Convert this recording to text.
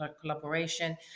collaboration